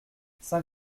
saint